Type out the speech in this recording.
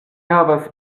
havas